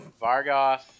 Vargoth